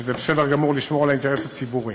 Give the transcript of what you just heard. וזה בסדר גמור לשמור על האינטרס הציבורי.